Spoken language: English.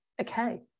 Okay